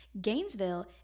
Gainesville